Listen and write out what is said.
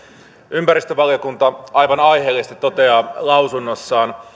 ympäristövaliokunta aivan aiheellisesti toteaa lausunnossaan